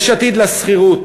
יש עתיד לשכירות.